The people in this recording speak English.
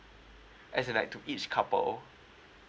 as in like to each couple